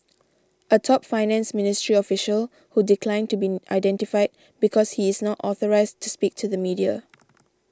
a top finance ministry official who declined to be identified because he is not authorised to speak to the media